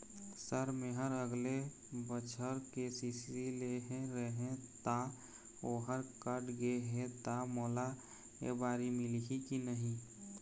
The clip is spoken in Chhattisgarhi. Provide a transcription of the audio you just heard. सर मेहर अगले बछर के.सी.सी लेहे रहें ता ओहर कट गे हे ता मोला एबारी मिलही की नहीं?